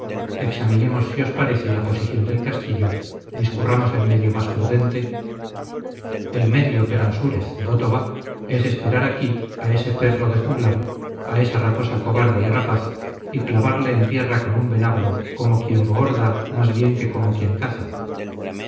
examinemos si os parece la posición del castillo discurramos el medio más prudente el medio peransúrez voto va es esperar aquí a ese perro de juglar a esa raposa cobarde y rapaz y clavarle en tierra con un venablo como quien bohorda más bien que como quien caza